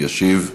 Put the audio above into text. ישיב.